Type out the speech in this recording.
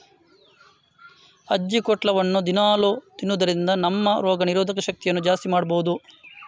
ಅಜ್ಜಿಕೊಟ್ಲವನ್ನ ದಿನಾಲೂ ತಿನ್ನುದರಿಂದ ನಮ್ಮ ರೋಗ ನಿರೋಧಕ ಶಕ್ತಿಯನ್ನ ಜಾಸ್ತಿ ಮಾಡ್ಬಹುದು